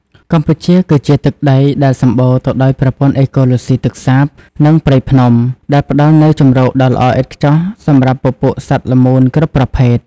កម្ពុជាគឺជាទឹកដីដែលសម្បូរទៅដោយប្រព័ន្ធអេកូឡូស៊ីទឹកសាប និងព្រៃភ្នំ ដែលផ្ដល់នូវជម្រកដ៏ល្អឥតខ្ចោះសម្រាប់ពពួកសត្វល្មូនគ្រប់ប្រភេទ។